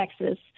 Texas